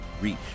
reach